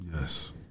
Yes